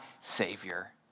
Savior